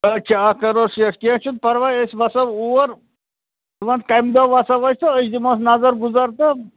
اَچھا اکھ کرور شیٹھ کیٚنٛہہ چھُنہٕ پرواے أسۍ وَسو اوٗرۍ ژٕ وَن کمہِ دۄہ وسو أسۍ تہٕ أسۍ دمہوس نظر گُزر تہٕ